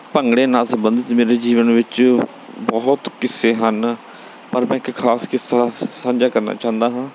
ਭੰਗੜੇ ਨਾਲ ਸੰਬੰਧਿਤ ਮੇਰੇ ਜੀਵਨ ਵਿੱਚ ਬਹੁਤ ਕਿੱਸੇ ਹਨ ਪਰ ਮੈਂ ਇੱਕ ਖਾਸ ਕਿੱਸਾ ਸ ਸਾਂਝਾ ਕਰਨਾ ਚਾਹੁੰਦਾ ਹਾਂ